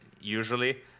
usually